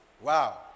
Wow